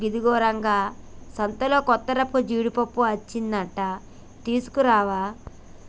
ఇగో రంగా సంతలో కొత్తరకపు జీడిపప్పు అచ్చిందంట తీసుకురావా